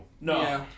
No